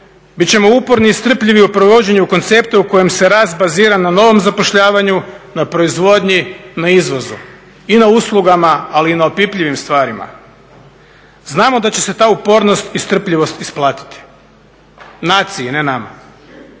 Bit ćemo uporni i strpljivi u provođenju koncepta u kojem se rast bazira na novom zapošljavanju, na proizvodnji, na izvozu. I na uslugama, ali i na opipljivim stvarima. Znamo da će se ta upornost i strpljivost isplatiti naciji, ne nama.